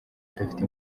udafite